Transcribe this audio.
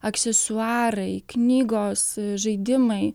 aksesuarai knygos žaidimai